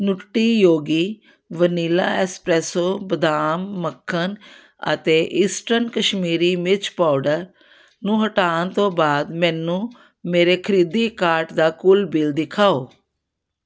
nutty Yogi vanilla espresso ਬਦਾਮ ਮੱਖਣ ਅਤੇ ਇਸਟਰਨ ਕਸ਼ਮੀਰੀ ਮਿਰਚ ਪਾਊਡਰ ਨੂੰ ਹਟਾਉਣ ਤੋਂ ਬਾਅਦ ਮੈਨੂੰ ਮੇਰੇ ਖਰੀਦੀ ਕਾਰਟ ਦਾ ਕੁੱਲ ਬਿੱਲ ਦਿਖਾਓ